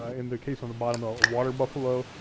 ah in the case on the bottom, a water buffalo.